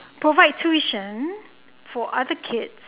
provide tuition for other kids